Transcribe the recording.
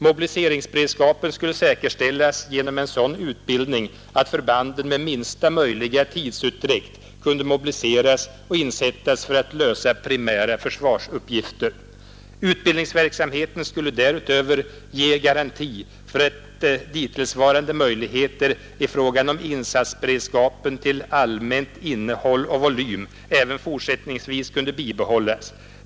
Mobiliseringsberedskapen skulle säkerställas genom en sådan utbildning att förbanden med minsta möjliga tidsutdräkt kunde mobiliseras och insättas för att lösa primära försvarsuppgifter. Utbildningsverksamheten skulle därutöver ge garanti för att dittillsvarande möjligheter i fråga om insatsberedskapen till allmänt innehåll och volym även fortsättningsvis kunde bibehållas.